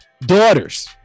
daughters